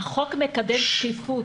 החוק מקדם שקיפות.